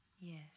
Yes